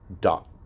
dot